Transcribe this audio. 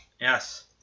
Yes